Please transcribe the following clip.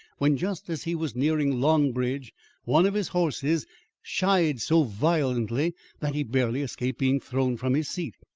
when just as he was nearing long bridge one of his horses shied so violently that he barely escaped being thrown from his seat.